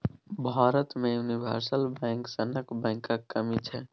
भारत मे universal bank सनक बैंकक कमी छै